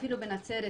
אפילו בנצרת,